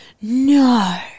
No